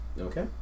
Okay